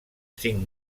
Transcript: cinc